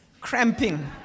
cramping